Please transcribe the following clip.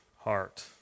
heart